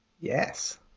yes